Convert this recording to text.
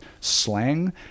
slang